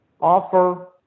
offer